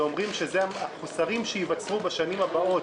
ואומרים שזה החוסרים שייווצרו בשנים הבאות,